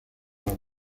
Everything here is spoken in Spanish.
los